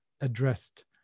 addressed